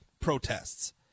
protests